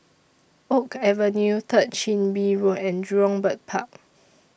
Oak Avenue Third Chin Bee Road and Jurong Bird Park